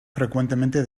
frecuentemente